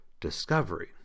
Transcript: discovery